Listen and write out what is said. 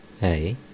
hey